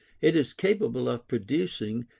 it is capable of producing,